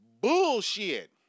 bullshit